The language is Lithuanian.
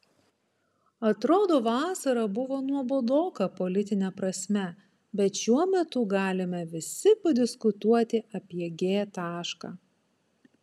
atrodo vasara buvo nuobodoka politine prasme bet šiuo metu galime visi padiskutuoti apie g tašką